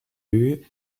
lieu